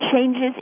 changes